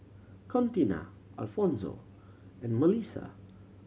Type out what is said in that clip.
Contina Alfonzo and Mellissa